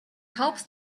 helps